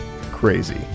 Crazy